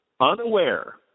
unaware